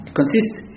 consists